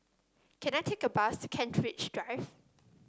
can I take a bus to Kent Ridge Drive